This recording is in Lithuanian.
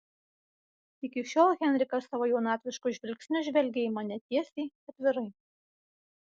iki šiol henrikas savo jaunatvišku žvilgsniu žvelgė į mane tiesiai atvirai